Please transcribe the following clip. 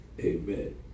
Amen